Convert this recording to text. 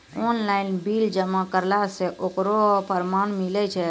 Online bill जमा करला से ओकरौ परमान मिलै छै?